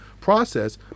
process